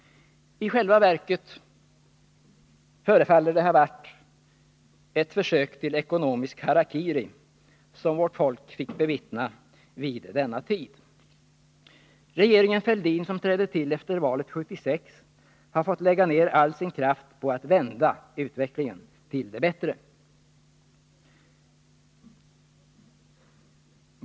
I själva verket förefaller det ha varit ett försök till ekonomisk harakiri som vårt folk fick bevittna vid denna tidpunkt. Regeringen Fälldin, som trädde till efter valet 1976, har fått lägga ner all sin kraft på att vända utvecklingen till det bättre.